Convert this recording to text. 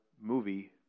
movie